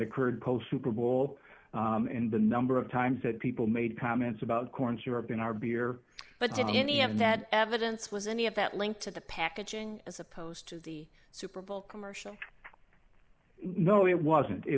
occurred post super bowl and the number of times that people made comments about corn syrup in our beer but could be any of that evidence was any of that linked to the packaging as opposed to the super bowl commercial no it wasn't it